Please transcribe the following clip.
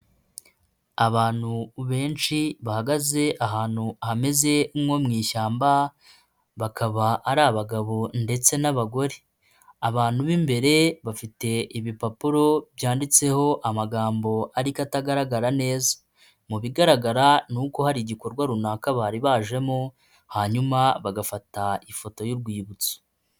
Abantu benshi bahagaze ahantu hameze nko mu ishyamba, bakaba ari abagabo ndetse n'abagore. Abantu b'imbere bafite ibipapuro byanditseho amagambo ariko atagaragara neza. Mu bigaragara ni uko hari igikorwa runaka bari bajemo hanyuma bagafata ifoto y'urwibutso.